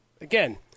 Again